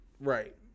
Right